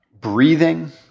breathing